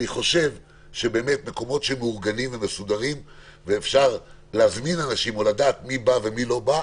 אני חושב שמקומות מאורגנים ואפשר לשלוט בתנועת האנשים אליהם,